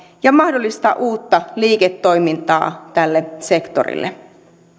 ja mahdollistaa uutta liiketoimintaa tälle sektorille